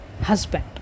husband